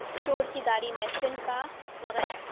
چور کی داڑھی میں تنکا وغیرہ